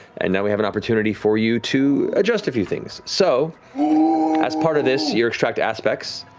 and now we have an opportunity for you to adjust a few things. so as part of this, your extract aspects,